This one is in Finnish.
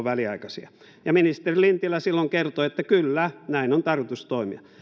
väliaikaisia ja ministeri lintilä silloin kertoi että kyllä näin on tarkoitus toimia